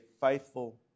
faithful